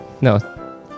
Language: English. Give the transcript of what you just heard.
No